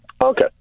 Okay